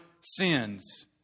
sins